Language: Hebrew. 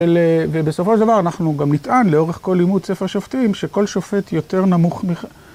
ובסופו של דבר אנחנו גם נטען לאורך כל לימוד ספר שופטים שכל שופט יותר נמוך מ...